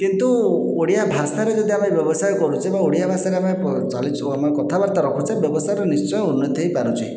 କିନ୍ତୁ ଓଡ଼ିଆ ଭାଷାରେ ଯଦି ଆମେ ବ୍ୟବସାୟ କରୁଛେ ବା ଓଡ଼ିଆ ଭାଷାରେ ଆମେ ଚାଲିଚଳନି କଥାବାର୍ତ୍ତା ରଖୁଛେ ବ୍ୟବସାୟରେ ନିଶ୍ଚୟ ଉନ୍ନତି ହୋଇପାରୁଛି